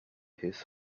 his